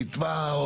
ויתבע?